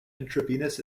intravenous